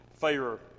favor